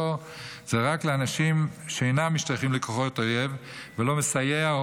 זה רק לאנשים שאינם משתייכים לכוחות אויב ולא מסייעים או